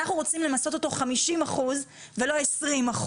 אנחנו רוצים למסות אותו ב-50% ולא ב-20%,